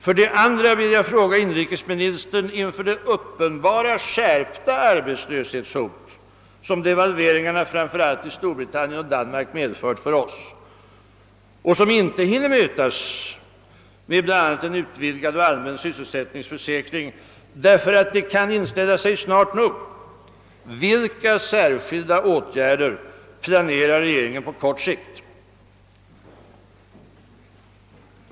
För det andra vill jag fråga inrikesministern inför det uppenbart skärpta arbetslöshetshot, som devalveringarna framför allt i Storbritannien och Danmark medfört för oss och som inte hinner mötas med bl.a. en utvidgad och allmän sysselsättningsförsäkring, därför ait det kan inställa sig snart nog: Vilka särskilda åtgärder planerar regeringen på kort sikt?